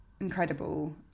incredible